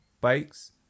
bikes